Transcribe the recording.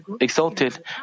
exalted